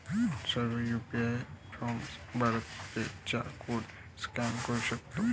सर्व UPI apps BharatPe चा code scan करू शकतात